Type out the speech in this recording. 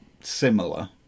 similar